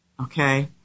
okay